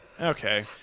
Okay